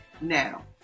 Now